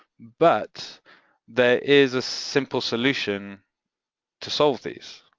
but there is a simple solution to solve these.